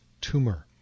tumor